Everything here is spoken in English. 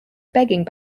begging